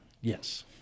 Yes